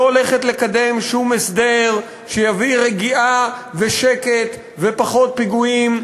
לא הולכת לקדם שום הסדר שיביא רגיעה ושקט ופחות פיגועים,